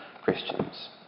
Christians